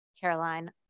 Caroline